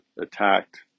attacked